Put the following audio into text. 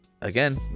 again